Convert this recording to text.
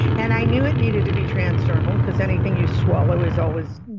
and i knew it needed to be transdermal, because anything you swallow is always